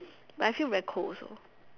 but I feel very cold also